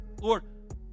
Lord